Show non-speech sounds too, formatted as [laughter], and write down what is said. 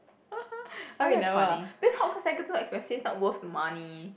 [laughs] why we never ah because hawker centre so expensive not worth the money